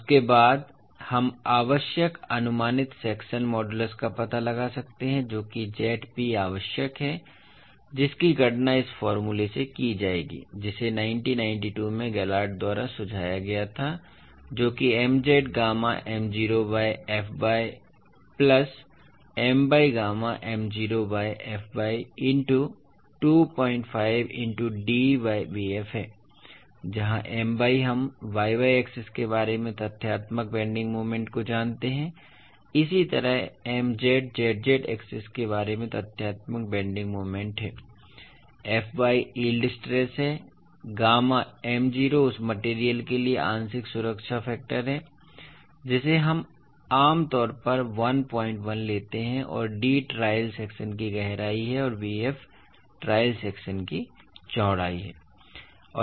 उसके बाद हम आवश्यक अनुमानित सेक्शन मॉडूलस का पता लगा सकते हैं जो कि Zp आवश्यक है जिसकी गणना इस फार्मूला से की जाएगी जिसे 1992 में गैलॉर्ड द्वारा सुझाया गया था जो कि Mz gamma m0 by fy plus My gamma m0 by fy into 25 into d by bf है जहां My हम y y एक्सिस के बारे में तथ्यात्मक बेन्डिंग मोमेंट को जानते हैं इसी तरह Mz z z एक्सिस के बारे में तथ्यात्मक बेन्डिंग मोमेंट है fy यील्ड स्ट्रेस है गामा m0 उस सामग्री के लिए आंशिक सुरक्षा फैक्टर है जिसे हम आम तौर पर 11 लेते हैं और d ट्रायल सेक्शन की गहराई है और bf ट्रायल सेक्शन की चौड़ाई है